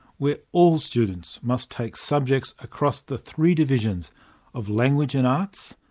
where all students must take subjects across the three divisions of language and arts,